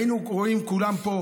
היינו קוראים כולם פה,